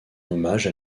hommage